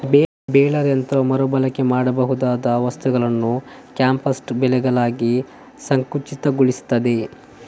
baler ಯಂತ್ರವು ಮರು ಬಳಕೆ ಮಾಡಬಹುದಾದ ವಸ್ತುಗಳನ್ನ ಕಾಂಪ್ಯಾಕ್ಟ್ ಬೇಲುಗಳಾಗಿ ಸಂಕುಚಿತಗೊಳಿಸ್ತದೆ